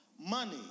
Money